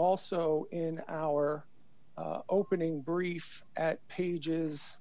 also in our opening brief at pages